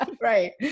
Right